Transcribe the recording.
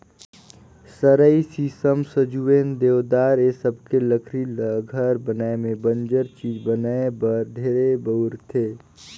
सरई, सीसम, सजुवन, देवदार ए सबके लकरी ल घर बनाये में बंजर चीज बनाये बर ढेरे बउरथे